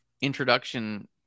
introduction